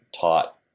taught